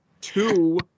two